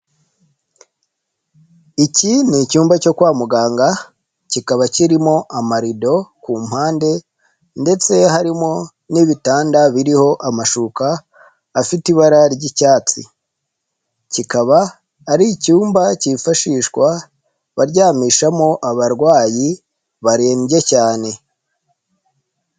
Iki ni icyumba cyo kwa muganga kikaba kirimo amarido ku mpande ndetse harimo n'ibitanda biriho amashuka afite ibara ry'icyatsi, kikaba ari icyumba cyifashishwa baryamishamo abarwayi barembye cyane.